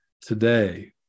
today